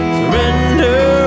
Surrender